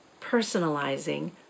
personalizing